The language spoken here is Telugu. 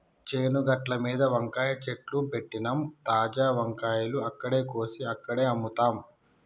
చేను గట్లమీద వంకాయ చెట్లు పెట్టినమ్, తాజా వంకాయలు అక్కడే కోసి అక్కడే అమ్ముతాం